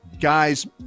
guys